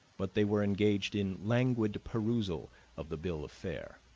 but they were engaged in languid perusal of the bill of fare.